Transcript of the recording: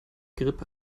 grip